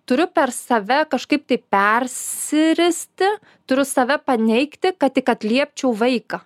turiu per save kažkaip tai persiristi turiu save paneigti kad tik atliepčiau vaiką